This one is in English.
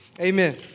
Amen